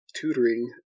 tutoring